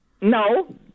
no